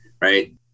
right